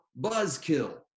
buzzkill